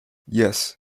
yes